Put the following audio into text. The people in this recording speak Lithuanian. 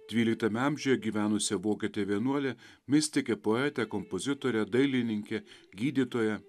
dvyliktame amžiuje gyvenusią vokietę vienuolę mistikę poetę kompozitorę dailininkę gydytoją